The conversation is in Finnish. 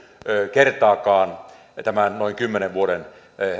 kertaakaan tämän noin kymmenen vuoden